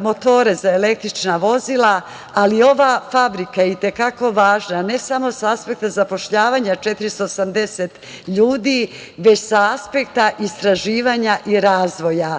motore za električna vozila, ali ova fabrika je i te kako važna, ne samo sa aspekta zapošljavanja 480 ljudi, već i sa aspekta istraživanja i razvoja.